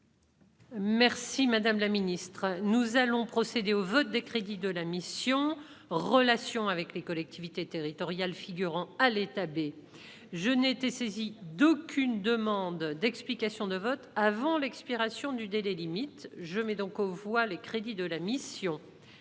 aussi des actes ! Nous allons procéder au vote des crédits de la mission « Relations avec les collectivités territoriales », figurant à l'état B. Je n'ai été saisie d'aucune demande d'explication de vote avant l'expiration du délai limite. Je mets aux voix ces crédits, modifiés.